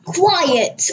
quiet